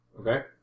Okay